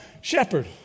shepherd